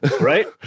Right